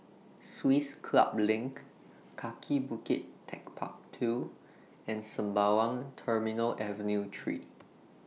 Swiss Club LINK Kaki Bukit Techpark two and Sembawang Terminal Avenue three